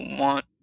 want